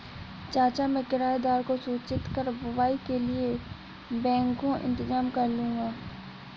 चाचा मैं किराएदार को सूचित कर बुवाई के लिए बैकहो इंतजाम करलूंगा